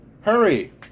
Hurry